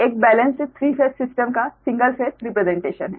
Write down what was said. एक balanced 3 phase system का single phase representation है